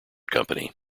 company